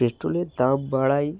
পেট্রোলের দাম বাড়ায়